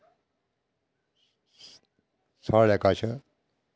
साढ़ै कच्छ